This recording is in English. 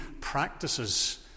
practices